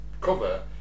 cover